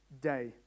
day